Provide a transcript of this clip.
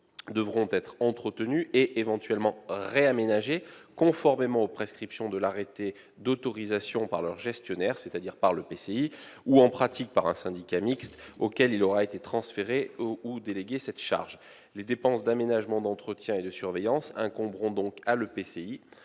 devront être entretenus et, éventuellement, réaménagés conformément aux prescriptions de l'arrêté d'autorisation par leur gestionnaire, c'est-à-dire par l'EPCI- ou, en pratique, par un syndicat mixte auquel il aura transféré ou délégué cette charge. Les dépenses d'aménagement, d'entretien et de surveillance incomberont donc à l'EPCI.